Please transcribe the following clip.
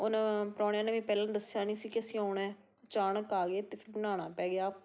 ਉਹਨਾਂ ਪ੍ਰੋਣਿਆਂ ਨੇ ਵੀ ਪਹਿਲਾਂ ਦੱਸਿਆ ਨਹੀਂ ਸੀ ਕਿ ਅਸੀਂ ਆਉਣਾ ਅਚਾਨਕ ਆ ਗਏ ਅਤੇ ਫਿਰ ਬਣਾਉਣਾ ਪੈ ਗਿਆ